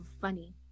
funny